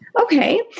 Okay